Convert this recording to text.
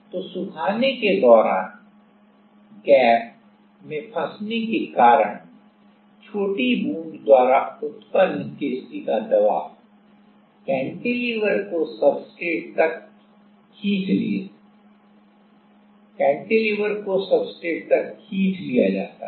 तो सुखाने के दौरान गैप Gap रिक्त स्थान में फंसने के कारण छोटी बूंद द्वारा उत्पन्न केशिका दबाव कैंटिलीवर को सब्सट्रेट तक खींच लिया जाता है